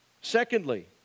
Secondly